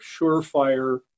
surefire